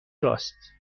راست